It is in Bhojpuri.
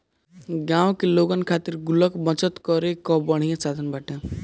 गांव के लोगन खातिर गुल्लक बचत करे कअ बढ़िया साधन बाटे